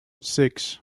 six